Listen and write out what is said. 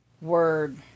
Word